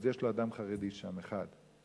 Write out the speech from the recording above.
אז יש לו אדם חרדי שם, אחד.